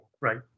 Right